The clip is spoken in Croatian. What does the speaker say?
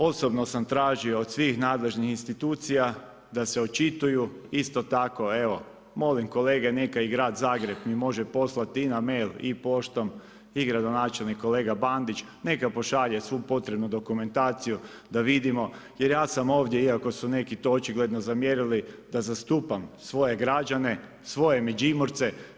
Osobno sam tražio od svih nadležnih institucija, da se očituju, isto tako, evo, molim kolega, neka i Grad Zagreb, mi može poslati i na mail i poštom i gradonačelnik kolega Bandić, neka pošalje svu potrebnu dokumentaciju, da vidimo, jer ja sam ovdje, iako su to očigledno zamjerili, da zastupa svoje građane, svoje Međimurce.